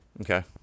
Okay